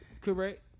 correct